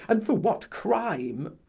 and for what crime?